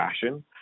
fashion